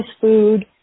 food